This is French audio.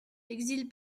exil